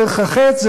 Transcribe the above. דרך ה"חץ",